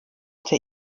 der